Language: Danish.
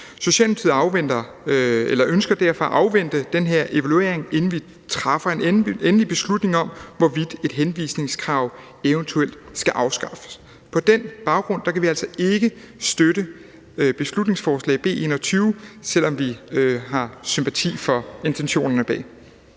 Socialdemokratiet ønsker derfor at afvente den her evaluering, inden vi træffer en endelig beslutning om, hvorvidt et henvisningskrav eventuelt skal afskaffes. På den baggrund kan vi altså ikke støtte beslutningsforslag B 21, selv om vi har sympati for intentionerne bag.